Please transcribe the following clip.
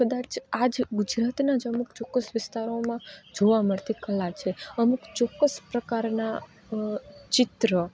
કદાચ આ જ ગુજરાતનાં જ અમુક ચોકક્સ વિસ્તારોમાં જોવા મળતી કલા છે અમુક ચોકક્સ પ્રકારના ચિત્ર